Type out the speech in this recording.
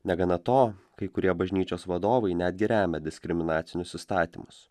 negana to kai kurie bažnyčios vadovai netgi remia diskriminacinius įstatymus